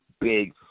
big